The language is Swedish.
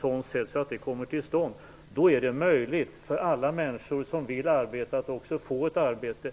så att dessa kommer till stånd. Då blir det möjligt för alla människor som vill arbeta att också få ett arbete.